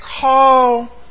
call